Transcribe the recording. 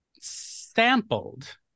sampled